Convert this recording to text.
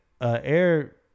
air